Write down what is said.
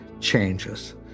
changes